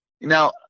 Now